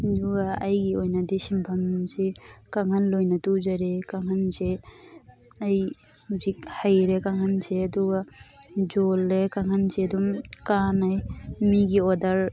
ꯑꯗꯨꯒ ꯑꯩꯒꯤ ꯑꯣꯏꯅꯗꯤ ꯁꯤꯟꯐꯝꯁꯤ ꯀꯥꯡꯈꯟ ꯑꯣꯏꯅ ꯇꯨꯖꯔꯦ ꯀꯥꯡꯈꯟꯁꯦ ꯑꯩ ꯍꯧꯖꯤꯛ ꯍꯩꯔꯦ ꯀꯥꯡꯈꯟꯁꯦ ꯑꯗꯨꯒ ꯌꯣꯜꯂꯦ ꯀꯥꯡꯈꯟꯁꯦ ꯑꯗꯨꯝ ꯀꯥꯅꯩ ꯃꯤꯒꯤ ꯑꯣꯔꯗꯔ